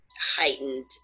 heightened